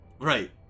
Right